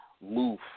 move